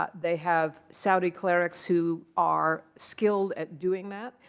ah they have saudi clerics who are skilled at doing that.